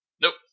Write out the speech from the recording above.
nope